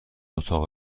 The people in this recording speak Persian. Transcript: اتاق